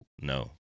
no